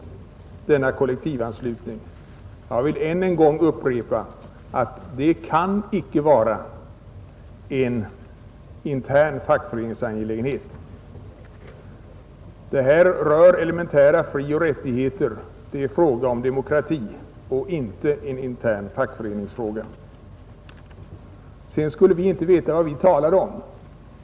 Jag vill då än en gång upprepa att den inte kan vara en intern fackföreningsangelägenhet. Det är här fråga om elementära frioch rättigheter. Det är fråga om demokrati, och det är inte en intern fackföreningsfråga. Herr Nilsson påstod vidare att vi inte skulle veta vad vi talade om.